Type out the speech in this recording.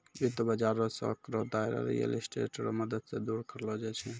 वित्त बाजार रो सांकड़ो दायरा रियल स्टेट रो मदद से दूर करलो जाय छै